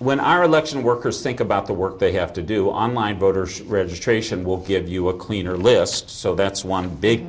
when our election workers think about the work they have to do online voter registration will give you a cleaner list so that's one big